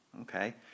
okay